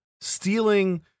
stealing